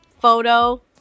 Photo